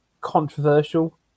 controversial